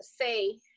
Say